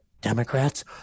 Democrats